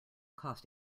cost